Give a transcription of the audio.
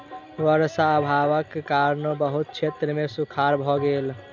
वर्षा अभावक कारणेँ बहुत क्षेत्र मे सूखाड़ भ गेल